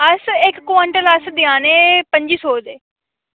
अस इक क्वांटल अस देआ ने पंजी सौ दे